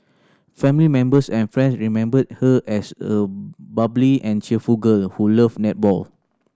family members and friends remembered her as a bubbly and cheerful girl who loved netball